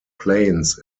planes